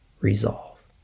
resolve